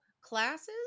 classes